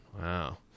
Wow